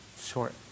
Short